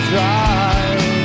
Drive